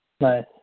Nice